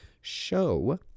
show